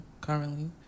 currently